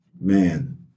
Man